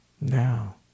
now